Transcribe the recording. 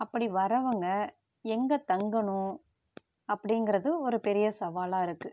அப்படி வரவங்க எங்கே தங்கணும் அப்படிங்கிறது ஒரு பெரிய சவாலாக இருக்குது